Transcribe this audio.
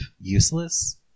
useless